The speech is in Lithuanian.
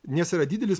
nes yra didelis